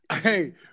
Hey